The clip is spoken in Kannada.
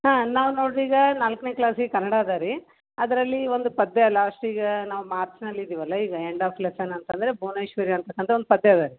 ಹಾಂ ನಾವು ನೋಡಿ ರೀ ಈಗ ನಾಲ್ಕನೇ ಕ್ಲಾಸಿಗೆ ಕನ್ನಡ ಅದ ರೀ ಅದರಲ್ಲಿ ಒಂದು ಪದ್ಯ ಲಾಸ್ಟಿಗೆ ನಾವು ಮಾರ್ಚಿಯಲ್ಲಿ ಇದ್ದೀವಲ್ಲ ಈಗ ಎಂಡ್ ಆಫ್ ಲೆಸೆನ್ ಅಂತಂದರೆ ಭುವನೇಶ್ವರಿ ಅಂತಕ್ಕಂಥ ಒಂದು ಪದ್ಯ ಅದ ರೀ